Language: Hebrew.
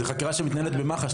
זו חקירה שמתנהלת במח"ש,